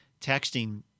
texting